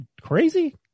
crazy